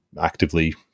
actively